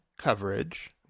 coverage